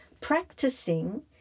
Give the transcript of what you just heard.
practicing